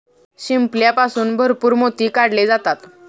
शिंपल्यापासून भरपूर मोती काढले जातात